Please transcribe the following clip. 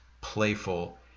playful